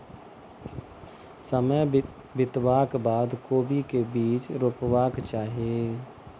समय बितबाक बाद कोबी केँ के बीज रोपबाक चाहि?